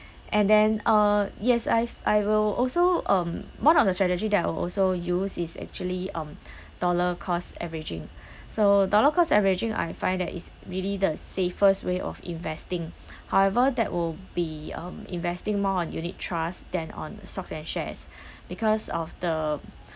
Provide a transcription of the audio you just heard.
and then uh yes I've I will also um one of the strategy that I will also use is actually um dollar cost averaging so dollar cost averaging I find that it's really the safest way of investing however that will be um investing more on unit trust than on stocks and shares because of the